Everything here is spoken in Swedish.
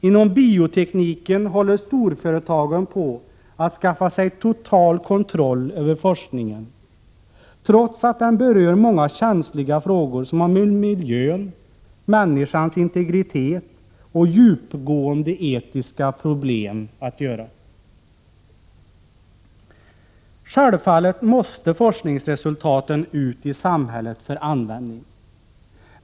Inom biotekniken håller storföretagen på att skaffa sig total kontroll över forskningen, trots att den berör många känsliga frågor som har med miljön, människans integritet och djupgående etiska problem att göra. Självfallet måste forskningsresultaten ut i samhället för användning.